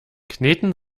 kneten